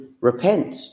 repent